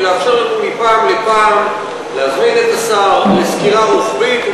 לאפשר לנו מפעם לפעם להזמין את השר לסקירה רוחבית.